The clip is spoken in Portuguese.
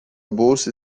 bolsa